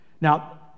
Now